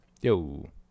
Yo